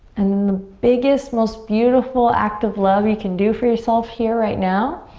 and then the biggest most beautiful act of love you can do for yourself here right now,